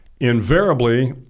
invariably